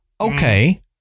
Okay